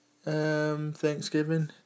thanksgiving